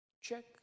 check